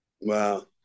Wow